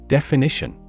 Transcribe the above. Definition